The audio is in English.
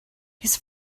his